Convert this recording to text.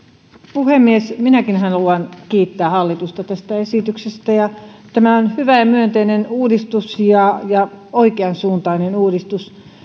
puhemies minäkin haluan kiittää hallitusta tästä esityksestä tämä on hyvä ja myönteinen uudistus ja ja oikeansuuntainen uudistus